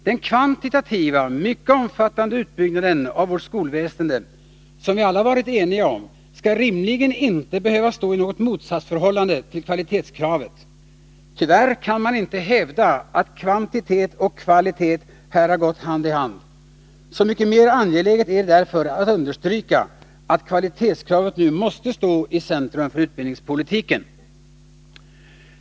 Den kvantitativt mycket omfattande utbyggnaden av vårt skolväsende, som vi alla varit eniga om, skall rimligen inte behöva stå i något motsatsförhållande till kvalitetskravet. Tyvärr kan man inte hävda att kvantitet och kvalitet här har gått hand i hand. Så mycket mer angeläget är det därför att understryka, att kvalitetskravet nu måste stå i centrum för utbildningspolitiken.